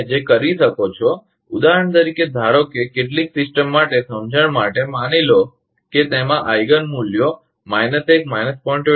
તમે જે કરી શકો છો ઉદાહરણ તરીકે ધારો કે કેટલીક સિસ્ટમો માટે સમજણ માટે માની લો કે તેમાં આઇગન મૂલ્યો 1 0